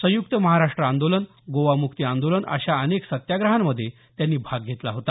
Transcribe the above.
संयुक्त महाराष्ट्र आंदोलन गोवाम्क्ती आंदोलन अशा अनेक सत्याग्रहांमध्ये त्यांनी भाग घेतला होता